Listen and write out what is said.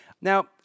Now